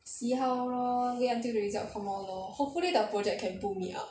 see how lor wait until the result come out lor hopefully the project can pull me up